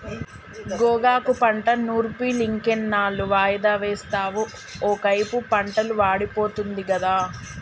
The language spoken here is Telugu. గోగాకు పంట నూర్పులింకెన్నాళ్ళు వాయిదా వేస్తావు ఒకైపు పంటలు వాడిపోతుంది గదా